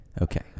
Okay